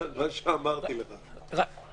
מה שאמרתי לך עכשיו.